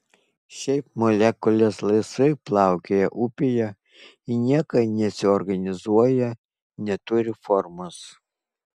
šiaip molekulės laisvai plaukioja upėje į nieką nesiorganizuoja neturi formos